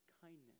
kindness